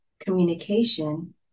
communication